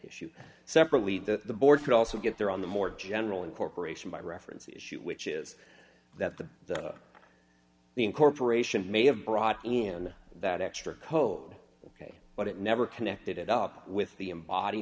issue separately that the board could also get there on the more general incorporation by reference issue which is that the that the incorporation may have brought in that extra code ok but it never connected it up with the